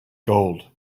gold